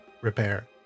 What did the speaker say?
repair